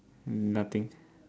nothing